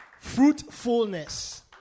fruitfulness